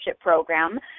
Program